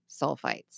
sulfites